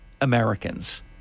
Americans